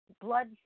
blood